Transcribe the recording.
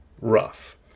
rough